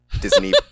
Disney